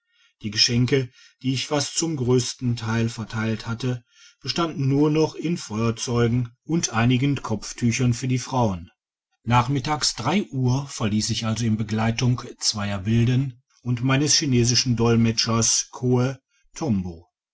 die geschenke die ich fast zum grössten teil verteilt hatte bestanden nur noch in feuerzeugen und digitized by google einigen kopftüchern für die frauen nachmittags uhr verliess ich also in begleitung zweier wilden und meines chinesischen dolmetschers kohe